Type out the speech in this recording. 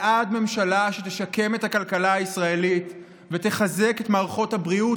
בעד ממשלה שתשקם את הכלכלה הישראלית ותחזק את מערכות הבריאות,